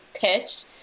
pitch